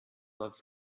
love